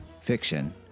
fiction